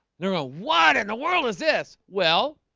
they're ah wide in the world. is this well?